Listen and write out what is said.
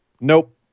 Nope